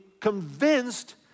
convinced